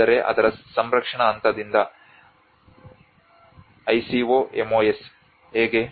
ಆದರೆ ಅದರ ಸಂರಕ್ಷಣಾ ಹಂತದಿಂದ ICOMOS ಹೇಗೆ